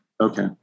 Okay